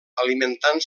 alimentant